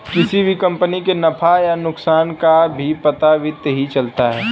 किसी भी कम्पनी के नफ़ा या नुकसान का भी पता वित्त ही चलता है